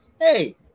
Hey